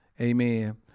Amen